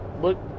look